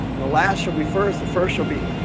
the last shall be first the first shall be